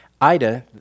Ida